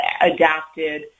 adapted